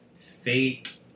fake